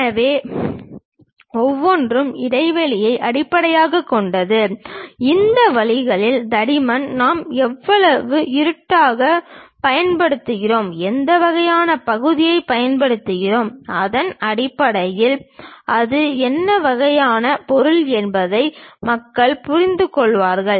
எனவே ஒவ்வொன்றும் இடைவெளியை அடிப்படையாகக் கொண்டது இந்த வரிகளின் தடிமன் நாம் எவ்வளவு இருட்டாகப் பயன்படுத்துகிறோம் எந்த வகையான பகுதிகளைப் பயன்படுத்துகிறோம் அதன் அடிப்படையில் அது என்ன வகையான பொருள் என்பதை மக்கள் புரிந்துகொள்வார்கள்